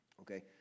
okay